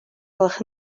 gwelwch